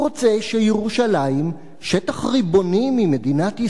הוא רוצה שירושלים, שטח ריבוני במדינת ישראל,